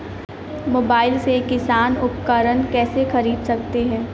Mobile से किसान उपकरण कैसे ख़रीद सकते है?